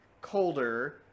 colder